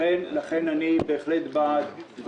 לכן אני בהחלט בעד.